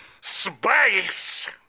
space